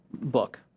book